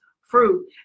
fruit